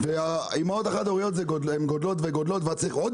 ומספר האימהות החד הוריות גדל וגדל ואז צריך עוד